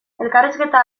elkarrizketa